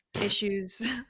issues